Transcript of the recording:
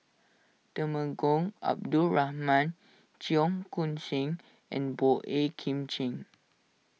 Temenggong Abdul Rahman Cheong Koon Seng and Boey Kim Cheng